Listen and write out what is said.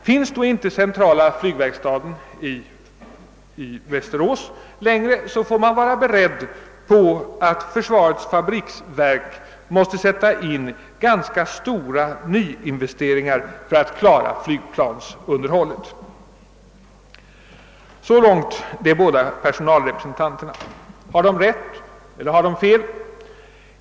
Finns då inte centrala flygverkstaden i Västerås längre får man vara beredd på att försvarets fabriksverk måste sätta in ganska stora nyinvesteringar för att klara flygplansunderhållet. Så långt de båda personalrepresentanterna. Har de rätt eller fel?